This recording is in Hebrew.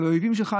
את האויבים שלך.